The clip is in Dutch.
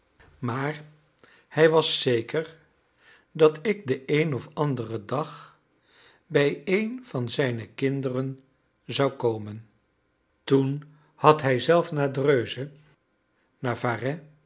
maar hij was zeker dat ik den een of anderen dag bij een van zijne kinderen zou komen toen had hij zelf naar dreuze naar